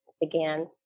began